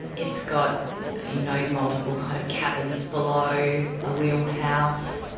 it's got you know multiple kind of cabins below, a wheelhouse.